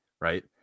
right